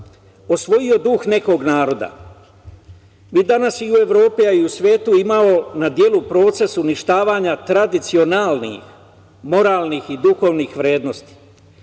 osvojio duh nekog naroda. Mi danas i u Evropi, a i u svetu imamo na delu proces uništavanja tradicionalnih, moralnih i duhovnih vrednosti.